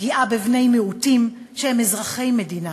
פגיעה בבני-מיעוטים שהם אזרחי המדינה